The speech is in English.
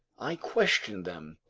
i questioned them.